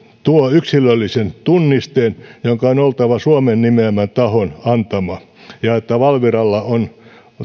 tuo yksilöllisen tunnisteen jonka on oltava suomen nimeämän tahon antama ja että valviralla on